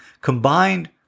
combined